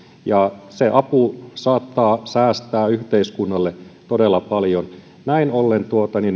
ja se apu saattaa säästää yhteiskunnalle todella paljon näin ollen